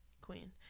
Queen